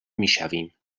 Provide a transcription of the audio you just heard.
میشویم